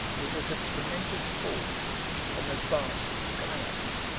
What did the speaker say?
it was a tremendous fall from a vast sky-area.